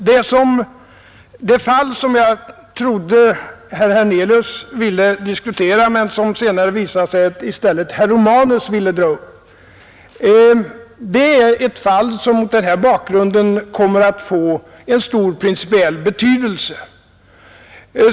Det fall som jag trodde att herr Hernelius ville diskutera men som det senare visade sig att herr Romanus ville dra upp är ett fall som mot den här bakgrunden kommer att få en stor principiell betydelse.